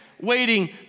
waiting